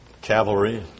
cavalry